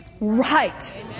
right